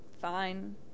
fine